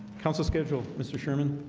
council schedule, mr. sherman